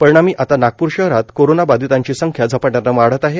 परिणामी आता नागपूर शहरात कोरोना बाधीतांची संख्या झपाट्यानं वाढत आहे